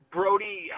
Brody